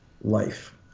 life